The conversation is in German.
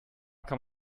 kann